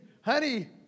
Honey